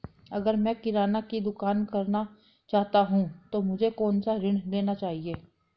अगर मैं किराना की दुकान करना चाहता हूं तो मुझे कौनसा ऋण लेना चाहिए?